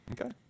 Okay